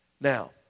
Now